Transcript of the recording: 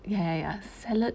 ya ya salad